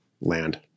Land